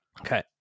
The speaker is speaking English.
Okay